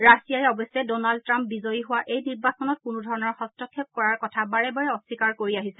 ৰাছিয়াই অৱশ্যে Donald Trump বিজয়ী হোৱা এই নিৰ্বাচনত কোনো ধৰণৰ হস্তক্ষেপ কৰাৰ কথা বাৰে বাৰে অস্বীকাৰ কৰি আহিছে